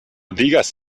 digas